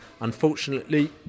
unfortunately